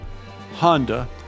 Honda